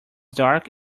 dark